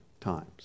times